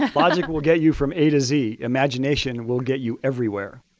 ah logic will get you from a to z. imagination will get you everywhere.